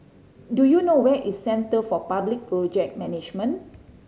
do you know where is Centre for Public Project Management